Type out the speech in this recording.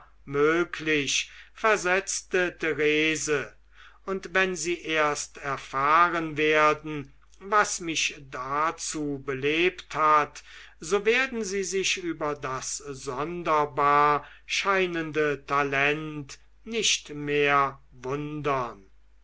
möglich versetzte therese und wenn sie erst erfahren werden was mich dazu belebt hat so werden sie sich über das sonderbar scheinende talent nicht mehr wundern